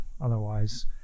Otherwise